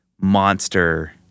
monster